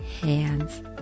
hands